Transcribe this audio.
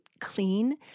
clean